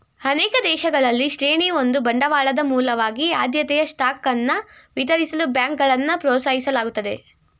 ಅನೇಕ ದೇಶಗಳಲ್ಲಿ ಶ್ರೇಣಿ ಒಂದು ಬಂಡವಾಳದ ಮೂಲವಾಗಿ ಆದ್ಯತೆಯ ಸ್ಟಾಕ್ ಅನ್ನ ವಿತರಿಸಲು ಬ್ಯಾಂಕ್ಗಳನ್ನ ಪ್ರೋತ್ಸಾಹಿಸಲಾಗುತ್ತದೆ